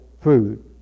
food